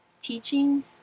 teaching